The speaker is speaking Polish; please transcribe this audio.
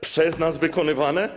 Przez nas wykonywane.